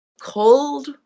cold